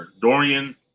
Dorian